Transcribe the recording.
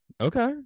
Okay